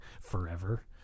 forever